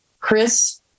Chris